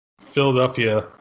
Philadelphia